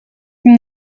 from